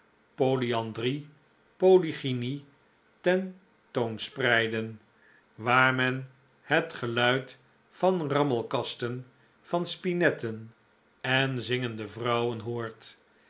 polygynie ten toon spreiden waar men het geluid van rammelkasten van spinetten en zingende vrouwen